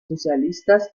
socialistas